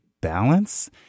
balance